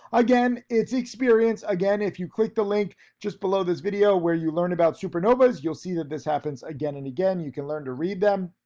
again, it's experience again, if you click the link just below this video where you learn about supernovas, you'll see that this happens again and again, you can learn to read them.